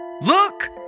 Look